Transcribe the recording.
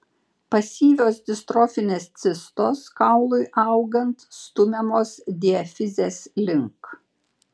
pasyvios distrofinės cistos kaului augant stumiamos diafizės link